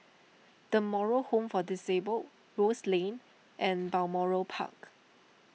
the Moral Home for Disabled Rose Lane and Balmoral Park